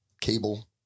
cable